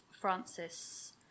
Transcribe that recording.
Francis